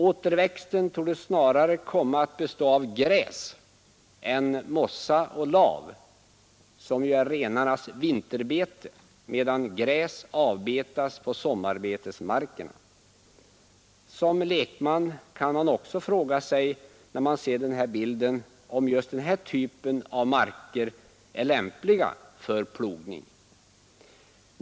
Äterväxten torde snarare komma att bestå av gräs än av mossa och lav, som är renarnas vinterbete medan gräs avbetas på sommarbetesmarkerna. Som lekman kan man oc å fråga sig, när man ser den här bilden, om just den här typen av marker är lämplig för plogning.